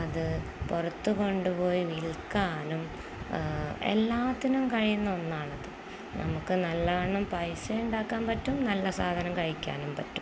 അതു പുറത്തു കൊണ്ടുപോയി വിൽക്കാനും എല്ലാത്തിനും കഴിയുന്ന ഒന്നാണത് നമുക്കു നല്ലവണ്ണം പൈസയുണ്ടാക്കാൻ പറ്റും നല്ല സാധനം കഴിക്കാനും പറ്റും